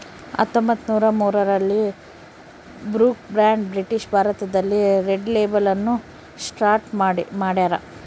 ಹತ್ತೊಂಬತ್ತುನೂರ ಮೂರರಲ್ಲಿ Brooke Bond British ಭಾರತದಲ್ಲಿ ರೆಡ್ ಲೇಬಲ್ ಅನ್ನು ಸ್ಟಾರ್ಟ್ ಮಾಡ್ಯಾರ